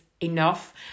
enough